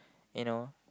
you know